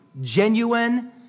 genuine